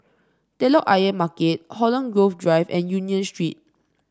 Telok Ayer Market Holland Grove Drive and Union Street